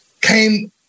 came